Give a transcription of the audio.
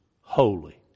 holy